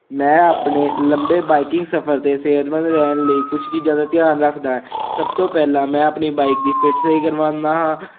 ਮੈਂ ਆਪਣੇ ਲੰਬੇ ਬਾਈਕਿੰਗ ਸਫ਼ਰ 'ਤੇ ਸਿਹਤਮੰਦ ਰਹਿਣ ਲਈ ਕੁਛ ਚੀਜ਼ਾਂ ਦਾ ਧਿਆਨ ਰੱਖਦਾ ਹੈ ਸਭ ਤੋਂ ਪਹਿਲਾਂ ਮੈਂ ਆਪਣੀ ਬਾਈਕ ਦੀ ਫਿਟ ਸਹੀ ਕਰਵਾਉਂਦਾ ਹਾਂ